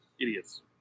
idiots